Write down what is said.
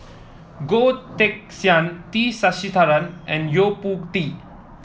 Goh Teck Sian T Sasitharan and Yo Po Tee